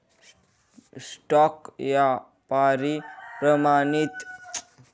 stock यापारी प्रमाणित ईत्तीय योजनासले प्रोत्साहन देतस